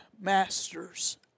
masters